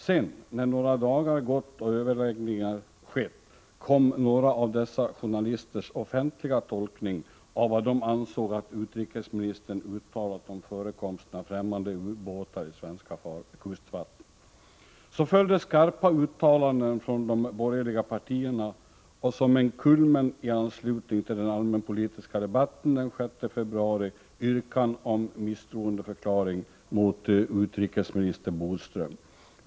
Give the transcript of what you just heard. Sedan, när några dagar gått och överläggningar skett, kom några av dessa journalisters offentliga tolkning av vad de ansåg att utrikesministern uttalat om förekomsten av främmande ubåtar i svenska kustvatten. Så följde skarpa uttalanden från de borgerliga partierna, och som en kulmen i anslutning till den allmänpolitiska debatten den 6 februari yrkande om misstroendeförklaring mot utrikesminister Bodström.